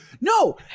no